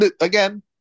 again